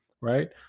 right